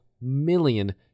million